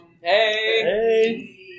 Hey